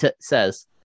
says